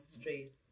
straight